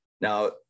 Now